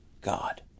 God